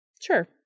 Sure